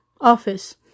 office